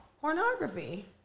pornography